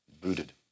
booted